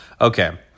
Okay